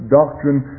doctrine